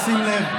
שים לב.